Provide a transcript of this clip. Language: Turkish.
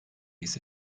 ise